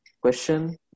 question